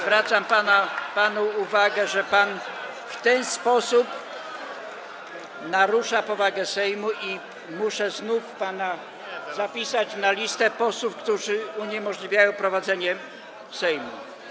Zwracam panu uwagę, że pan w ten sposób narusza powagę Sejmu i muszę znów pana zapisać na listę posłów, którzy uniemożliwiają prowadzenie obrad Sejmu.